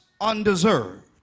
undeserved